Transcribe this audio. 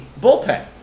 bullpen